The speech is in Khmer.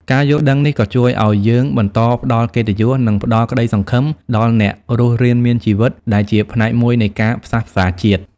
ការយល់ដឹងនេះក៏ជួយឲ្យយើងបន្តផ្តល់កិត្តិយស និងផ្តល់ក្ដីសង្ឃឹមដល់អ្នករស់រានមានជីវិត ដែលជាផ្នែកមួយនៃការផ្សះផ្សាជាតិ។